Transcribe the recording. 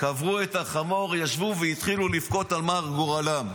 קברו את החמור, ישבו והתחילו לבכות על מר גורלם.